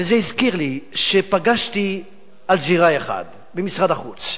וזה הזכיר לי שפגשתי אלג'ירי אחד, במשרד החוץ,